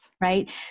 Right